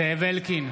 זאב אלקין,